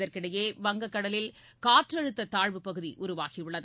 இதனிடையே வங்கக் கடலில் காற்றழுத்த தாழ்வுப் பகுதி உருவாகியுள்ளது